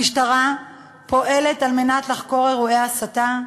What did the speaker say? המשטרה פועלת על מנת לחקור אירועי הסתה,